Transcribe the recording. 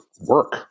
work